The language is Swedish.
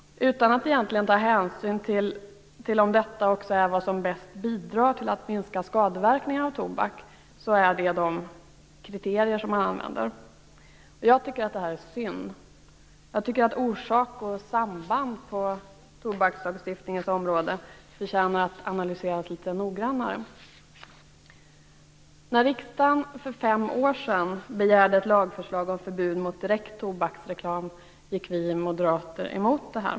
Utan att egentligen ta hänsyn till om detta också är vad som bäst bidrar till att minska skadeverkningarna av tobak är det de kriterier man använder. Jag tycker att det är synd. Jag tycker att orsak och samband på tobakslagstiftningens område förtjänar att analyseras noggrannare. När riksdagen för fem år sedan begärde ett lagförslag om förbud mot direkt tobaksreklam gick vi moderater emot det.